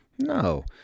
No